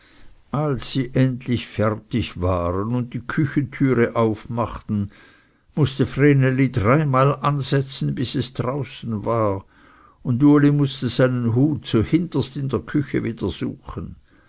als sie endlich fertig waren und die küchentüre aufmachten mußte vreneli dreimal ansetzen bis es draußen war und uli mußte seinen hut zuhinterst in der küche wieder suchen